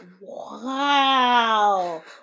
Wow